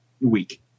week